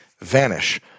vanish